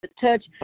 touch